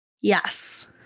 Yes